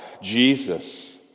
Jesus